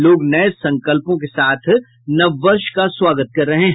लोग नये संकल्पों के साथ नव वर्ष का स्वागत कर रहे हैं